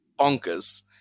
bonkers